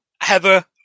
Heather